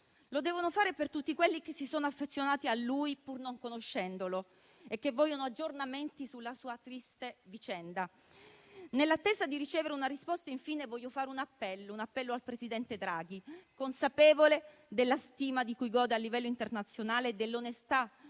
sua famiglia e per tutti quelli che si sono affezionati a lui, pur non conoscendolo, e che vogliono aggiornamenti sulla sua triste vicenda. Nell'attesa di ricevere una risposta, infine, voglio fare un appello al presidente Draghi, consapevole della stima di cui gode a livello internazionale e dell'onestà